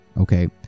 Okay